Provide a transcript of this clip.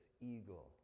eagle